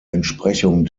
entsprechung